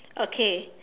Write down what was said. okay